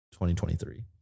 2023